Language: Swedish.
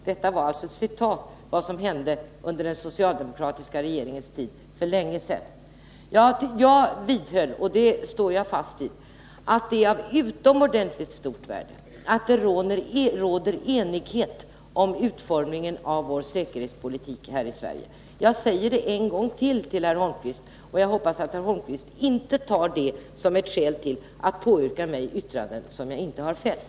Detta var alltså ett citat om vad som hände under den socialdemokratiska regeringens tid för länge sedan. Jag vidhöll — och det står jag fast vid — att det är av utomordenligt stort värde att det råder enighet om utformningen av vår säkerhetspolitik här i Sverige. Jag säger det en gång till till herr Holmqvist, och jag hoppas att herr Holmqvist inte tar det som ett skäl till att pådyvla mig yttranden som jag inte har fällt.